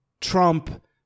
Trump